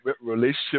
relationship